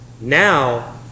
Now